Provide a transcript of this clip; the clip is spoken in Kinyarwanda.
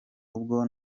ubwo